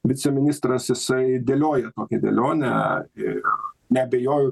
viceministras jisai dėlioja tokią dėlionę ir neabejoju